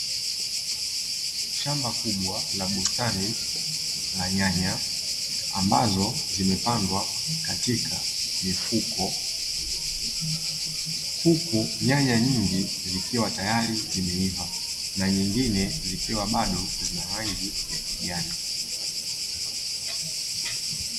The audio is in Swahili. Shamba kubwa la bustani la nyanya ambazo zimepandwa katika mifuko. Huku nyanya nyingi zikiwa tayari zimeiva na nyingine zikiwa bado zina rangi ya kijani.